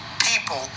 people